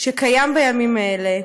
שקיים בימים האלה,